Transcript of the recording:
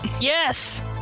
Yes